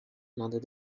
another